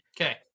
Okay